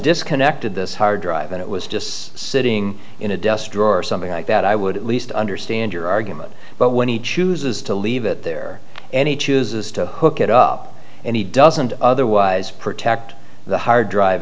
disconnected this hard drive and it was just sitting in a desk drawer or something like that i would at least understand your argument but when he chooses to leave it there any chooses to hook it up and he doesn't otherwise protect the hard drive